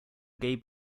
gay